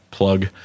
plug